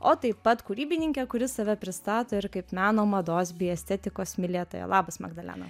o taip pat kūrybininkė kuri save pristato ir kaip meno mados bei estetikos mylėtoją labas magdalena